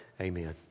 Amen